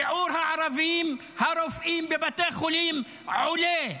שיעור הערבים הרופאים בבתי חולים עולה,